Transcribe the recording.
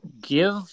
Give